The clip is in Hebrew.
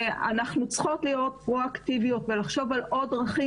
אנחנו צריכות להיות פרו-אקטיביות ולחשוב על עוד דרכים